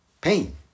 pain